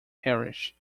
parish